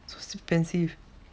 so expensive